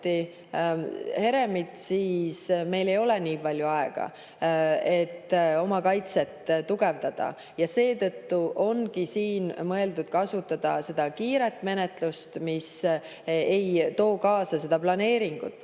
juhti Heremit, siis meil ei ole nii palju aega, et oma kaitset tugevdada. Seetõttu ongi siin mõeldud kasutada kiiret menetlust, mis ei too kaasa seda planeeringut.